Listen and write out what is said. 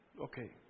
Okay